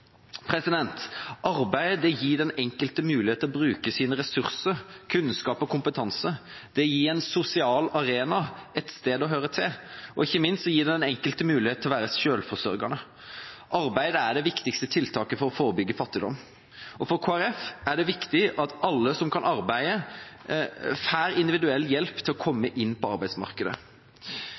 gir den enkelte mulighet til å bruke sine ressurser, sin kunnskap og kompetanse. Det gir en sosial arena – et sted å høre til – og ikke minst gir det den enkelte mulighet til å være selvforsørgende. Arbeid er det viktigste tiltaket for å forebygge fattigdom, og for Kristelig Folkeparti er det viktig at alle som kan arbeide, får individuell hjelp til å komme inn på arbeidsmarkedet.